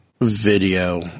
video